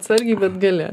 atsargiai bet gali